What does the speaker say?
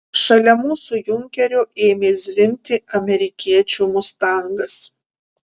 šalia mūsų junkerio ėmė zvimbti amerikiečių mustangas